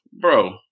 Bro